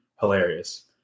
hilarious